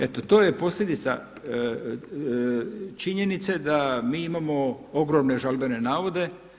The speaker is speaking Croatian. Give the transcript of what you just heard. Eto, to je posljedica činjenice da mi imamo ogromne žalbene navode.